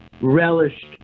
relished